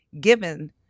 given